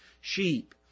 sheep